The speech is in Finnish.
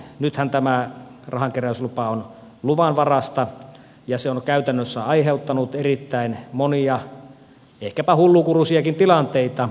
nythän tämä rahankeräys on luvanvaraista ja se on käytännössä aiheuttanut erittäin monia ehkäpä hullunkurisiakin tilanteita